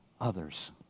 others